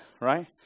right